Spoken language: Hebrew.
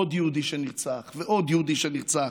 עוד יהודי שנרצח ועוד יהודי שנרצח.